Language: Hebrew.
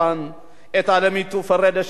את אלמיתו פרדה שנמצאת כאן,